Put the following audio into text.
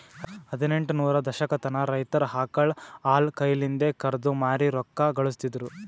ಹದಿನೆಂಟ ನೂರರ ದಶಕತನ ರೈತರ್ ಆಕಳ್ ಹಾಲ್ ಕೈಲಿಂದೆ ಕರ್ದು ಮಾರಿ ರೊಕ್ಕಾ ಘಳಸ್ತಿದ್ರು